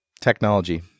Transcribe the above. Technology